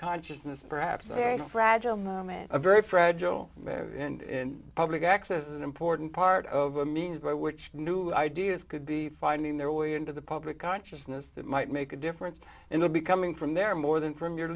consciousness perhaps a fragile man a very fragile in public access an important part of a means by which new ideas could be finding their way into the public consciousness that might make a difference in the be coming from there more than from your